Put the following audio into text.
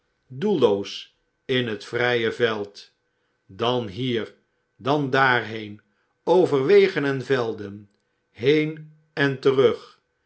doelloos in het vrije veld dan hier dan daarheen over wegen en velden heen en terug